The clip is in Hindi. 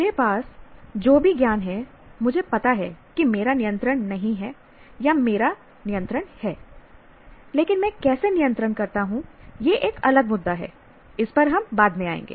मेरे पास जो भी ज्ञान है मुझे पता है कि मेरा नियंत्रण नहीं है या मेरा नियंत्रण है लेकिन मैं कैसे नियंत्रित करता हूं यह एक अलग मुद्दा है इस पर हम बाद में आएंगे